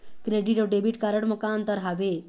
Credit अऊ debit card म का अंतर हावे?